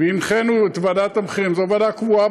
והנחינו את ועדת המחירים שזו ועדה קבועה